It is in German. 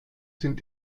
sind